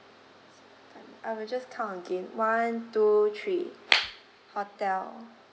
second time I will just count again one two three hotel